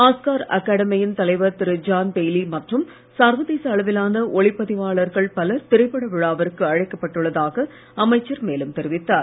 Oscar அகாடமியின் தலைவர் திரு ஜான் பெய்லி மற்றும் சர்வதேச அளவிலான ஒளிப்பதிவாளர்கள் பலர் திரைப்பட விழாவிற்கு அழைக்கப் பட்டுள்ளதாக அமைச்சர் மேலும் தெரிவித்தார்